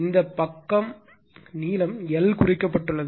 இந்த பக்கம் நீளம் L குறிக்கப்பட்டுள்ளன